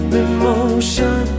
emotion